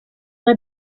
raie